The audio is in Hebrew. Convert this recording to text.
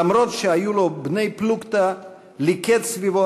שלמרות שהיו לו בני-פלוגתא ליכד סביבו